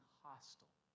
hostile